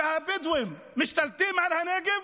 שהבדואים משתלטים על הנגב,